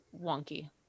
wonky